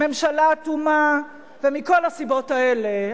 בהצבעת האי-אמון אז היה לכם רוב.